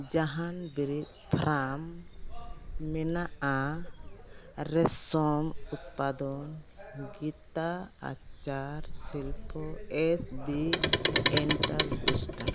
ᱡᱟᱦᱟᱱ ᱵᱮᱨᱮᱫ ᱯᱷᱨᱟᱢ ᱢᱮᱱᱟᱜᱼᱟ ᱨᱮᱥᱚᱢ ᱩᱛᱯᱟᱫᱚᱱ ᱜᱤᱛᱟ ᱟᱪᱟᱨ ᱥᱤᱞᱯᱚ ᱮᱥ ᱵᱤ ᱮᱱᱴᱟᱨᱰᱤᱥᱴᱟ